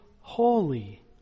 holy